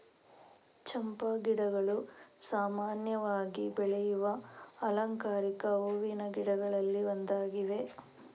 ಚಂಪಾ ಗಿಡಗಳು ಸಾಮಾನ್ಯವಾಗಿ ಬೆಳೆಯುವ ಅಲಂಕಾರಿಕ ಹೂವಿನ ಗಿಡಗಳಲ್ಲಿ ಒಂದಾಗಿವೆ